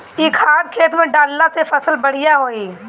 इ खाद खेत में डालला से फसल बढ़िया होई